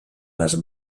les